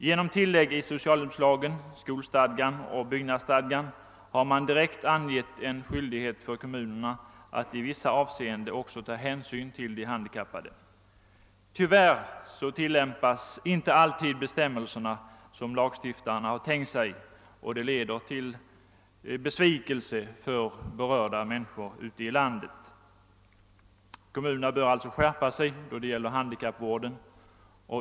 Genom tillägg i socialhjälpslagen, skolstadgan och byggnadsstadgan har man direkt angett en skyldighet för kommunerna att i vissa avseenden också ta hänsyn till de handikappade. Tyvärr tillämpas inte alltid bestämmelserna så som lagstiftarna har tänkt sig, och det leder till besvikelse för berörda människor ute i landet. Kommunerna bör alltså skärpa sig då det gäller handikappvården.